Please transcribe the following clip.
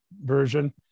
version